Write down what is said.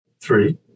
three